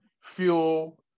fuel